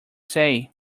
say